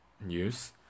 news